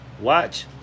watch